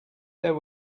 there